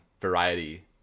variety